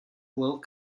world